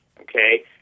okay